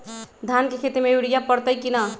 धान के खेती में यूरिया परतइ कि न?